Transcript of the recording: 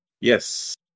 Yes